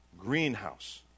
greenhouse